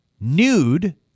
Nude